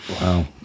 Wow